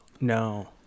no